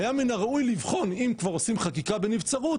והיה מין הראוי לבחון אם כבר עושים חקיקה בנבצרות,